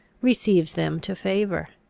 receives them to favour.